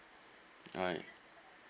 alright